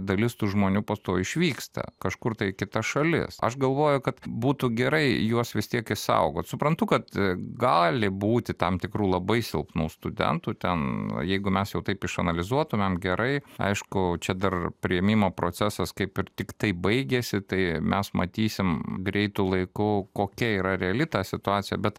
dalis tų žmonių po to išvyksta kažkur tai į kitas šalis aš galvoju kad būtų gerai juos vis tiek išsaugot suprantu kad gali būti tam tikrų labai silpnų studentų ten jeigu mes jau taip išanalizuotumėm gerai aišku čia dar priėmimo procesas kaip ir tiktai baigėsi tai mes matysim greitu laiku kokia yra reali ta situacija bet